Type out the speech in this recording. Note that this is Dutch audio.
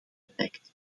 bereikt